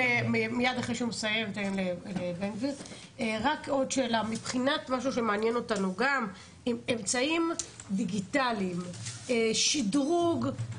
מעניין אותנו גם מה קורה עם אמצעים דיגיטליים ושידרוגם.